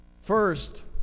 first